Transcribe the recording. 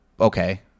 Okay